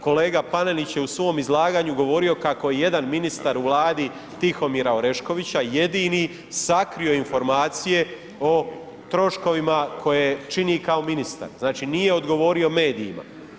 Kolega Panenić je u svom izlaganju govorio kako je jedan ministar u vladi Tihomira Oreškovića jedini sakrio informacije o troškovima koje čini kao ministar, znači nije odgovorio medijima.